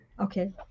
Okay